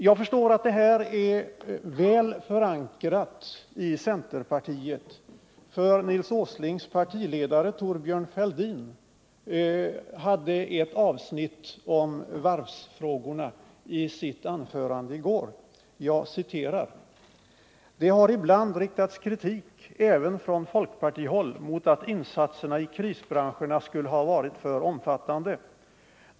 Jag förstår att Nils Åslings resonemang är väl förankrat i centerpartiet, för hans partiledare, Thorbjörn Fälldin, hade ett avsnitt om varvsfrågorna i sitt anförande i går. Jag citerar: ”Det har ibland riktats kritik — även från folkpartihåll — mot att insatserna i krisbranscherna skulle ha varit för omfattande.